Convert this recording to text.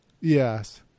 Yes